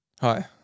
hi